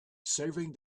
savouring